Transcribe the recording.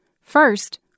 First